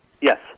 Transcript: Yes